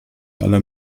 aller